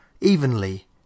evenly